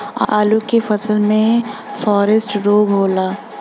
आलू के फसल मे फारेस्ट रोग होला?